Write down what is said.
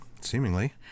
Seemingly